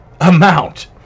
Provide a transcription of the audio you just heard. Amount